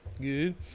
good